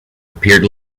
appeared